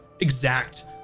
exact